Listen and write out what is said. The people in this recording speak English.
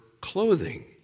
clothing